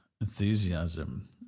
enthusiasm